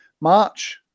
March